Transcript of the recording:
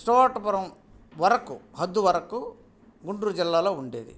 Stuart పురం వరకు హద్దు వరకు గుంటూరు జిల్లాలో ఉండేది